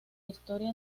historia